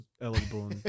eligible